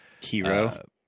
Hero